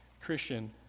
Christian